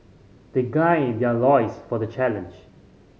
they guy their loins for the challenge